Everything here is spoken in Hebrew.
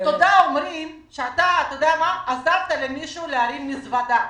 תודה אומרים כשעזרת למישהו להרים מזוודה.